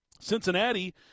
Cincinnati